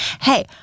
Hey